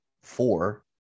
four